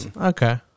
Okay